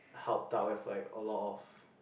helped out with like a lot of